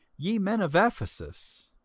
ye men of ephesus,